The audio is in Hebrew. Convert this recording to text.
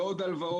לא עוד הלוואות,